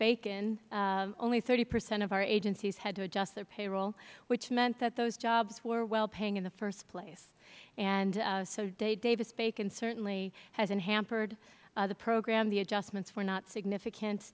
bacon only thirty percent of our agencies had to adjust their payroll which meant that those jobs were well paying in the first place so davis bacon certainly hasn't hampered the program the adjustments were not significant